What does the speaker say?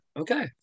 okay